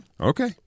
Okay